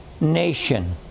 nation